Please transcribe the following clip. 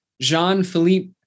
Jean-Philippe